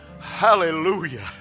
Hallelujah